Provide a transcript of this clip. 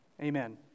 Amen